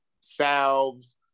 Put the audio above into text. salves